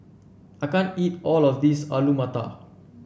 I can't eat all of this Alu Matar